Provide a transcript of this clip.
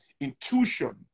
Intuition